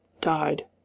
died